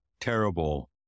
terrible